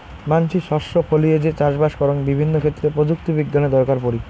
মানসি শস্য ফলিয়ে যে চাষবাস করং বিভিন্ন ক্ষেত্রে প্রযুক্তি বিজ্ঞানের দরকার পড়ি